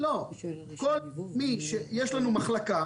יש לנו מחלקה,